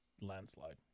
landslide